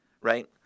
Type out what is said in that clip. Right